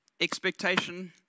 Expectation